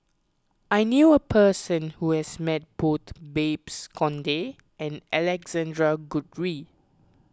I knew a person who has met both Babes Conde and Alexander Guthrie